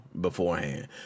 beforehand